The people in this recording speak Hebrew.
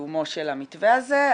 לקיומו של המתווה הזה,